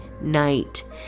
night